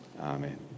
Amen